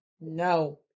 No